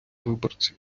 виборці